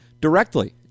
directly